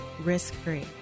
risk-free